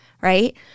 right